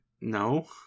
No